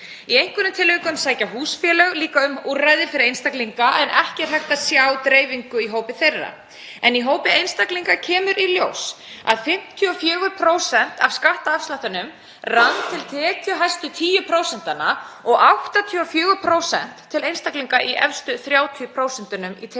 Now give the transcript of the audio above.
Í einhverjum tilvikum sækja húsfélög líka um úrræði fyrir einstaklinga, en ekki er hægt að sjá dreifingu í hópi þeirra. En í hópi einstaklinga kemur í ljós að 54% af skattafslættinum runnu til tekjuhæstu 10 prósentanna og 84% til einstaklinga í efstu 30